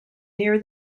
near